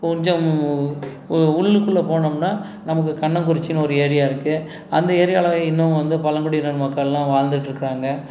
கொஞ்சம் உள்ளுக்குள்ளே போனோம்னால் நமக்கு கன்னங்குறிச்சின்னு ஒரு ஏரியா இருக்குது அந்த ஏரியாவில இன்னும் வந்து பழங்குடியினர் மக்கள்லாம் வாழ்ந்துகிட்ருக்கறாங்க